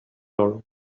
flourish